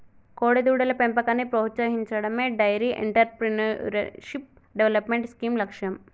కోడెదూడల పెంపకాన్ని ప్రోత్సహించడమే డెయిరీ ఎంటర్ప్రెన్యూర్షిప్ డెవలప్మెంట్ స్కీమ్ లక్ష్యం